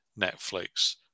Netflix